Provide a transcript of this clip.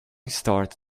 start